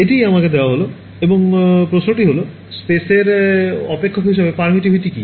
এটিই আমাকে দেওয়া হয় এবং প্রশ্নটি হল স্পেসের অপেক্ষক হিসাবে permittivity কী